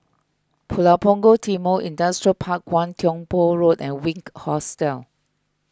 Pulau Punggol Timor Industrial Park one Tiong Poh Road and Wink Hostel